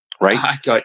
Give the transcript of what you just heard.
right